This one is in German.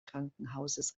krankenhauses